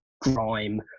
grime